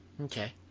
Okay